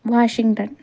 Washington